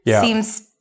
seems